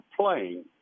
playing